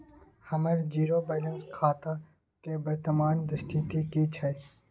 हमर zero balance खाता के वर्तमान स्थिति की छै?